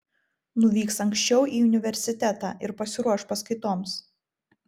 nuvyks anksčiau į universitetą ir pasiruoš paskaitoms